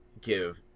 give